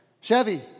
Chevy